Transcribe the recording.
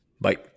Bye